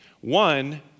One